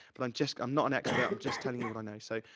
but i'm just, i'm not an expert. i'm just telling you what i know, so.